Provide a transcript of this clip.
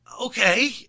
okay